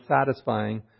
satisfying